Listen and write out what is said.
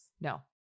No